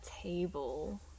table